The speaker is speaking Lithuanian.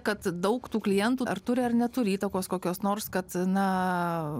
kad daug tų klientų ar turi ar neturi įtakos kokios nors kad na